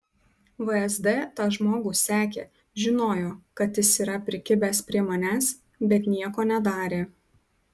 vsd tą žmogų sekė žinojo kad jis yra prikibęs prie manęs bet nieko nedarė